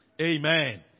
Amen